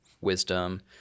wisdom